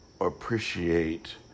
appreciate